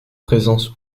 présence